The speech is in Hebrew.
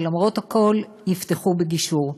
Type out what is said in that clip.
שלמרות הכול יפתחו בגישור.